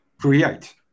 Create